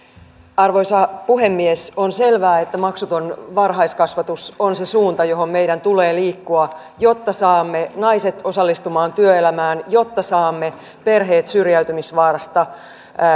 arvoisa puhemies on selvää että maksuton varhaiskasvatus on se suunta johon meidän tulee liikkua jotta saamme naiset osallistumaan työelämään jotta saamme perheet syrjäytymisvaarasta